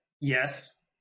Yes